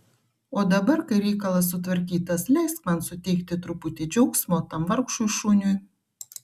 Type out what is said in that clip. o dabar kai reikalas sutvarkytas leisk man suteikti truputį džiaugsmo tam vargšui šuniui